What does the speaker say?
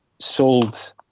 sold